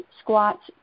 squats